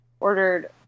ordered